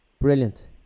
Brilliant